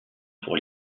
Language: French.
pour